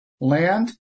land